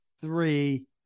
three